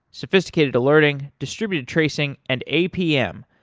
sophisticated alerting, distributed tracing and apm,